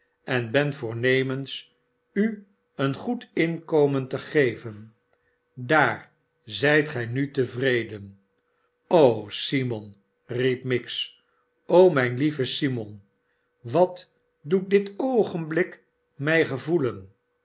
en ben voornemens u een goed inkomen te geven daar zijt gij nu tevreden jo simon riep miggs mijn lieve simon wat doet lit oogenblik mij gevoelen